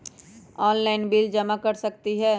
Online bill जमा कर सकती ह?